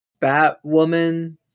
Batwoman